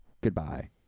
Goodbye